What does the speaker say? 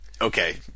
Okay